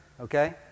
okay